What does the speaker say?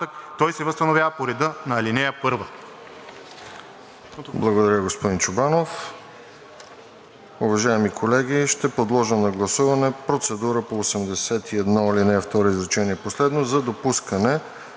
той се възстановява по реда на ал. 1.“